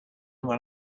when